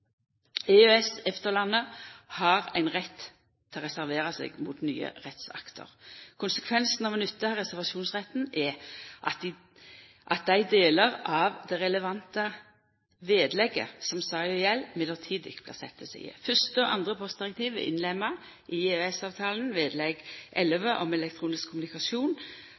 har ein rett til å reservera seg mot nye rettsakter. Konsekvensen av å nytta reservasjonsretten er at dei delane av det relevante vedlegget som saka gjeld, mellombels blir sette til side. Fyrste og andre postdirektiv er innlemma i EØS-avtalen vedlegg XI om elektronisk kommunikasjon,